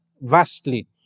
vastly